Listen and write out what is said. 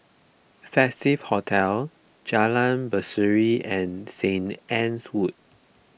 Festive Hotel Jalan Berseri and Saint Anne's Wood